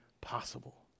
possible